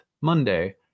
monday